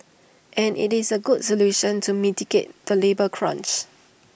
and IT is A good solution to mitigate the labour crunch